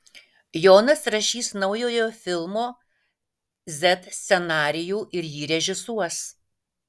jonas rašys naujojo filmo z scenarijų ir jį režisuos